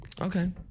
Okay